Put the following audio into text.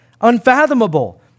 unfathomable